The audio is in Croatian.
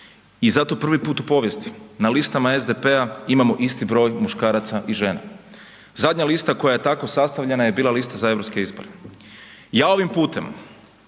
i zato prvi put u povijesti na listama SDP-a imamo isti broj muškaraca i žena. Zadnja lista koja je tako sastavljena je bila lista za Europske izbore. Ja ovim putem